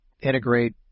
integrate